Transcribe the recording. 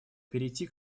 перейти